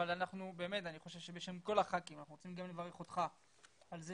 אבל אני חושב שבשם כל הח"כים אנחנו רוצים גם לברך אותך על זה